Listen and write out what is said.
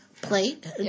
plate